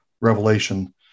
Revelation